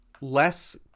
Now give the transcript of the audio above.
less